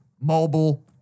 mobile